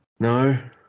No